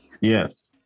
Yes